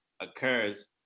occurs